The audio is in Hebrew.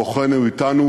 כוחנו אתנו,